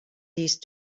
these